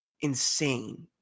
insane